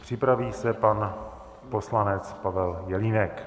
Připraví se pan poslanec Pavel Jelínek.